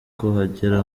kuhagera